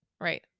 right